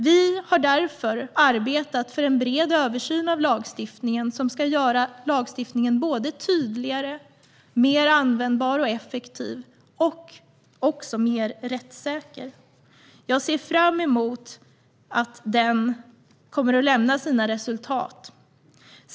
Vi har därför arbetat för en bred översyn av lagstiftningen som ska göra lagstiftningen tydligare, mer användbar och effektiv och också mer rättssäker. Jag ser fram emot att den kommer att lämna sina resultat.